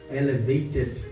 elevated